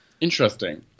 Interesting